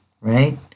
right